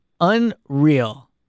unreal